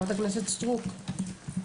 חה"כ סטרוק,